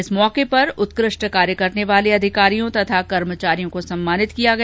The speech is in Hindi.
इस अवसर पर उत्कृष्ट कार्य करने वाले अधिकारियों तथा कर्मचारियों को सम्मानित किया गया